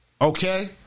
Okay